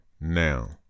Now